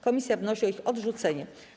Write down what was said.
Komisja wnosi o ich odrzucenie.